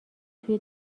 توی